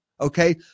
okay